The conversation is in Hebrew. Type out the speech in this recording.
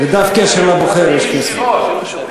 בדף קשר לבוחר יש, אלה, ישירות.